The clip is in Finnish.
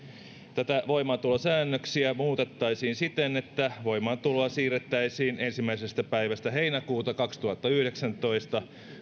näitä voimaantulosäännöksiä muutettaisiin siten että voimaantuloa siirrettäisiin ensimmäisestä päivästä heinäkuuta kaksituhattayhdeksäntoista